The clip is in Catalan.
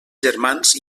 germans